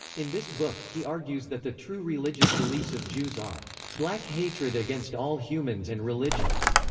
in this book, he argues that the true religious beliefs of jews are black hatred against all humans and religions,